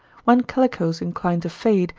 when calicoes incline to fade,